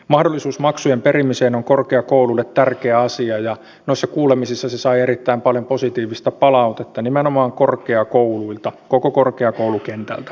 mahdollisuus maksujen perimiseen on korkeakouluille tärkeä asia ja noissa kuulemisissa se sai erittäin paljon positiivista palautetta nimenomaan korkeakouluilta koko korkeakoulukentältä